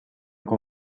com